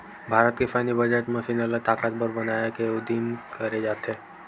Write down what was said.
भारत के सैन्य बजट म सेना ल ताकतबर बनाए के उदिम करे जाथे